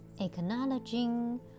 acknowledging